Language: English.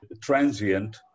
transient